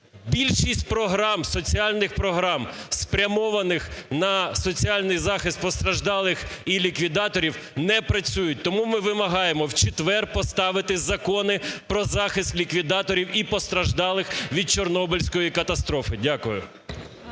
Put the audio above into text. Більшість програм, соціальних програм, спрямованих на соціальний захист постраждалих і ліквідаторів, не працюють. Тому ми вимагаємо в четвер поставити закони про захист ліквідаторів і постраждалих від Чорнобильської катастрофи. Дякую.